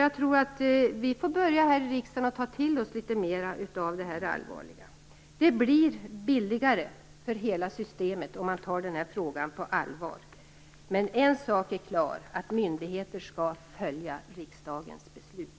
Vi här i riksdagen måste börja att ta till oss litet mer av detta allvarliga problem. Det blir billigare för hela systemet om den här frågan tas på allvar. En sak är klar: Myndigheter skall följa riksdagens beslut.